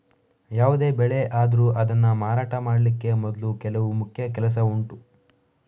ಯಾವುದೇ ಬೆಳೆ ಆದ್ರೂ ಅದನ್ನ ಮಾರಾಟ ಮಾಡ್ಲಿಕ್ಕೆ ಮೊದ್ಲು ಕೆಲವು ಮುಖ್ಯ ಕೆಲಸ ಉಂಟು